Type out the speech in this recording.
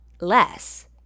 less